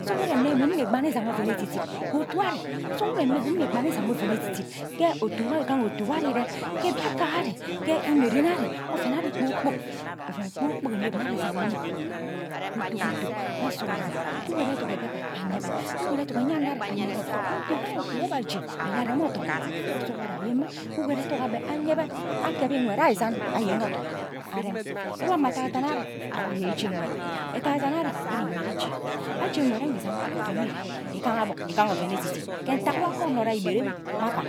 Sughuren mme bum mme igbane ishinga oven edidit ghe otu ari sughuren mme bum mme ighana ish̀iga oven editdit ke otu igaha otu wo ari ire ke mbia-kak ari ke imie ren ari ke oven ari kpor kpork oven kpor kpork inem nne ari ishiga mme ke utu ke utu awo sughuren kugoro eduk mbiakpan anyebe kugoro eduk eyane ari anyebe otu igaha otu oba aje aja arem odom awo sughuren ayen mma kugoro eduk abe anyebe akibi nkwed enyo isan ayen odom ureb yen adodan ari ire ijeni nkwed ije aje nkwed enwe isan odom ire igaha gbon igaha oven ene edit dit nwa ka onno jake igbed enwe mme agham